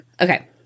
okay